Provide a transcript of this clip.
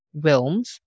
Wilms